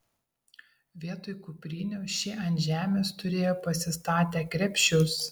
vietoj kuprinių šie ant žemės turėjo pasistatę krepšius